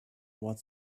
what